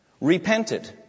Repented